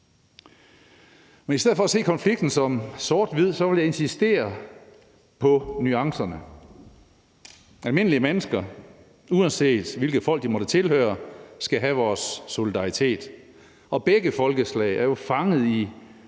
I stedet for at se konflikten som sort-hvid vil jeg insistere på nuancerne. Almindelige mennesker, uanset hvilket folk de måtte tilhøre, skal have vores solidaritet. Og begge folkeslag er jo fanget i